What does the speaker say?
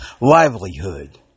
livelihood